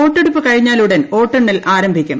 വോട്ടെടുപ്പ് കഴിഞ്ഞാലുടൻ വോട്ടെണ്ണൽ ആരംഭിക്കും